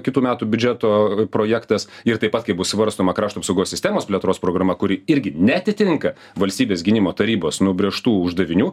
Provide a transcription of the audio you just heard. kitų metų biudžeto projektas ir taip pat kai bus svarstoma krašto apsaugos sistemos plėtros programa kuri irgi neatitinka valstybės gynimo tarybos nubrėžtų uždavinių